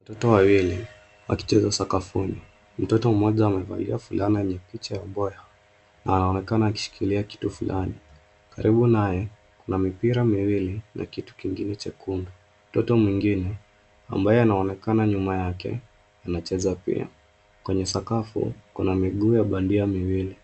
Watoto wawili wakicheza sakafuni, mtoto mmoja amevalia fulana yenye picha ya mbweha, na anaonekana akishikilia kitu fulani, karibu naye kuna mipira miwili na kitu kingine chekundu. Mtoto mwingine ambaye anaonekana nyuma yake anacheza pia, kwenye sakafu kuna miguu ya bandia mbili